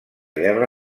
guerra